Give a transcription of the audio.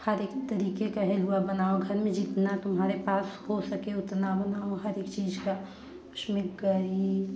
हर एक तरीके का हलवा बनाओ घर में घर में जितना तुम्हारे पास हो सके उतना बनाओ हर एक चीज़ का उसमें कड़ी